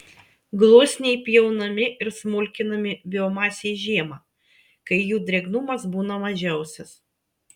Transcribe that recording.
gluosniai pjaunami ir smulkinami biomasei žiemą kai jų drėgnumas būna mažiausias